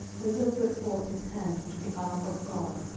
uzzah put forth his hand to the ark of god,